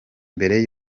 mbere